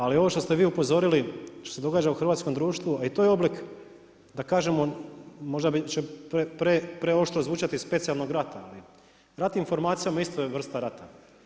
Ali ovo što ste vi upozorili što se događa u hrvatskom društvu a i to je oblik da kažemo možda će preoštro zvučati specijalnog rata, ali ratnim informacijama je isto vrsta rata.